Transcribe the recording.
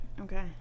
Okay